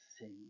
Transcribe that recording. sing